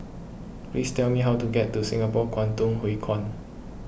please tell me how to get to Singapore Kwangtung Hui Kuan